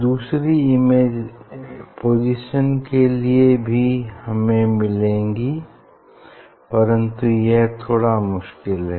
दूसरी पोजीशन के लिए भी हमें मिलेंगी परन्तु यह थोड़ा मुश्किल है